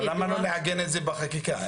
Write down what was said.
למה לא לעגן את זה בחקיקה?